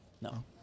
no